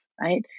right